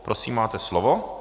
Prosím, máte slovo.